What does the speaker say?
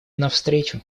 навстречу